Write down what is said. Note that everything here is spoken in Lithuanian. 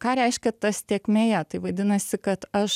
ką reiškia tas tėkmėje tai vadinasi kad aš